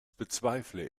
bezweifle